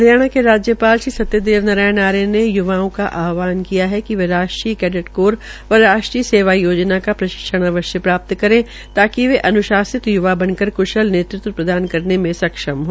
हरियाणा के राज्यापाल श्री सत्यदेव नारायण आर्य ने य्वाओं का आहवान किया है कि वे राष्ट्रीय कैडेड कोर व राष्ट्रीय सेवा योजा का प्रशिक्षण अवश्य प्राप्त करें ताकि वे अनुशासित युवा बन कर कुशल नेतृत्व प्रदान करने के सक्षम है